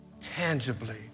tangibly